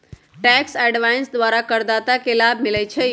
tax avoidance द्वारा करदाता के लाभ मिलइ छै